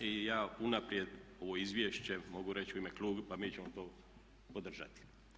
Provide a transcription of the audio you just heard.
I ja unaprijed ovo izvješće mogu reći u ime kluba, mi ćemo to podržati.